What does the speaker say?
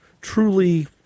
truly